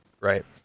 right